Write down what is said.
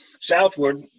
southward